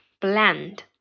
bland